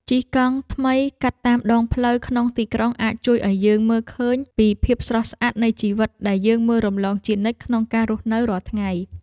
ជិះកង់ថ្មីកាត់តាមដងផ្លូវក្នុងទីក្រុងអាចជួយឱ្យយើងមើលឃើញពីភាពស្រស់ស្អាតនៃជីវិតដែលយើងមើលរំលងជានិច្ចក្នុងការរស់នៅរាល់ថ្ងៃ។